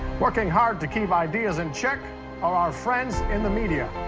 working hard to keep ideas in check are our friends in the media.